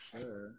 Sure